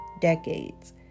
decades